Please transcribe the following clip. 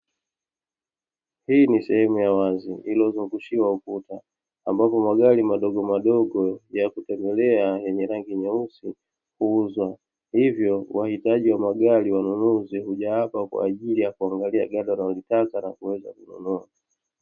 Hii ni sehemu ya wazi, iliyozungushiwa ukuta ambapo magari madogomadogo ya kutembelea yenye rangi nyeusi huuzwa. Hivyo, wahitaji wa magari wanunuzi huja hapa kwa ajili ya kuangalia gari analolitaka na kuweza kununua.